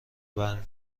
برمی